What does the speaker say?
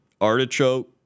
artichoke